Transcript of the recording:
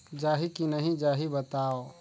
जाही की नइ जाही बताव?